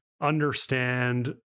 understand